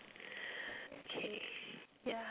K yeah